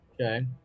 Okay